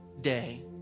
day